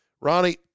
Ronnie